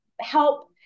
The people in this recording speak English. help